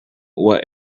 what